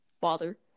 bother